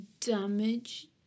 damage